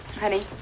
honey